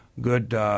good –